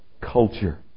culture